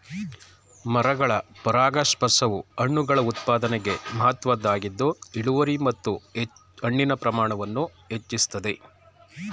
ಮರಗಳ ಪರಾಗಸ್ಪರ್ಶವು ಹಣ್ಣುಗಳ ಉತ್ಪಾದನೆಗೆ ಮಹತ್ವದ್ದಾಗಿದ್ದು ಇಳುವರಿ ಮತ್ತು ಹಣ್ಣಿನ ಪ್ರಮಾಣವನ್ನು ಹೆಚ್ಚಿಸ್ತದೆ